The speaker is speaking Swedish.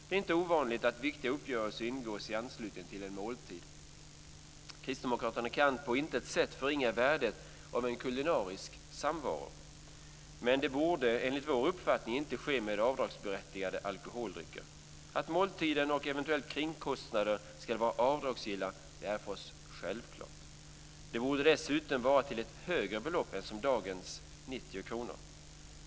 Det är inte ovanligt att viktiga uppgörelser ingås i anslutning till en måltid. Kristdemokraterna kan på intet sätt förringa värdet av en kulinarisk samvaro. Men det borde enligt vår uppfattning inte ske med avdragsberättigade alkoholdrycker. Att måltiden och eventuella kringkostnader ska vara avdragsgilla är för oss självklart. Den borde dessutom vara det till ett högre belopp än dagens 90 kr.